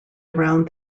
around